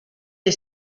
est